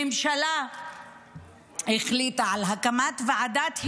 הממשלה החליטה על הקמת ועדת היגוי,